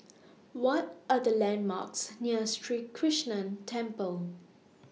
What Are The landmarks near Krishnan Temple